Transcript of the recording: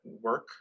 work